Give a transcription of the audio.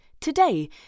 today